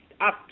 up